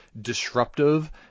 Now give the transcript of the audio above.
disruptive